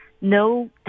no